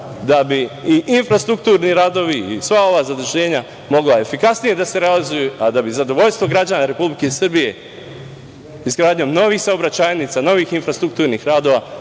da bi i infrastrukturni radovi i sva ova zaduženja mogla efikasnije da se realizuju, a da bi zadovoljstvo građana Republike Srbije izgradnjom novih saobraćajnica, novih infrastrukturnih radova